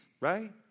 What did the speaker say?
right